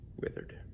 withered